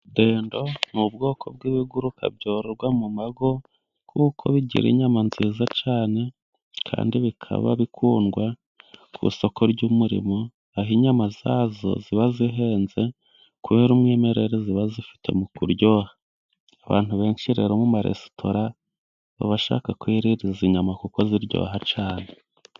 Dendo ni ubwoko bw'ibiguruka byororwa mu ngo, kuko bigira inyama nziza cyane kandi bikaba bikundwa ku isoko ry'umurimo, aho inyama zazo ziba zihenze kubera umwimerere ziba zifite mu kuryoha. Abantu benshi rero mu maresitora, baba bashaka kwirira izi nyama kuko ziryoha cyane.